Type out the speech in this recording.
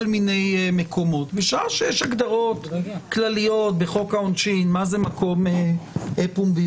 מיני מקומות בשעה שיש הגדרות כלליות בחוק העונשין מה זה מקום פומבי.